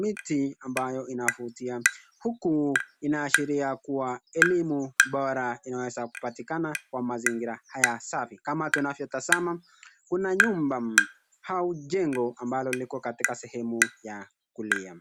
miti ambayo inavutia huku inaashiria kuwa elimu bora inaweza kupatikana kwa mazingira haya safi kama tunavyo tazama kuna nyumba au jengo ambalo liko katika sehemu ya kulia.